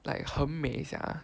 like 很美一下